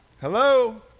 Hello